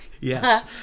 yes